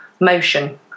motion